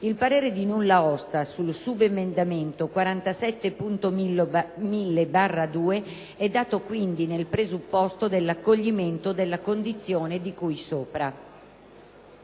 Il parere di nulla osta sul subemendamento 47.1000/2 è dato quindi nel presupposto dell'accoglimento della condizione di cui sopra».